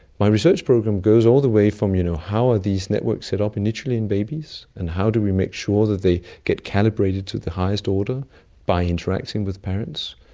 my research program goes all the way from you know how are these networks set up initially in babies, and how do we make sure that they get calibrated to the highest order by interacting with parents?